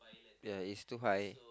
ya is too high